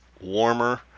warmer